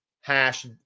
hash